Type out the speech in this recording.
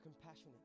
compassionate